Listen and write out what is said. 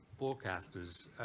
forecasters